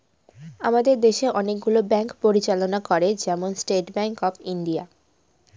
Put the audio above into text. আমাদের দেশে অনেকগুলো ব্যাঙ্ক পরিচালনা করে, যেমন স্টেট ব্যাঙ্ক অফ ইন্ডিয়া